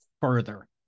further